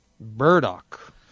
Burdock